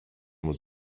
was